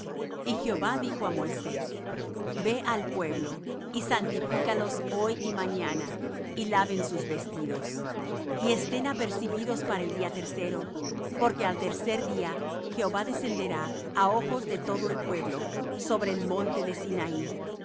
y jehová dijo á moisés ve al pueblo y santifícalos hoy y mañana y laven sus vestidos y estén apercibidos para el día tercero porque al tercer día jehová descenderá á ojos de todo el pueblo sobre el monte de sinaí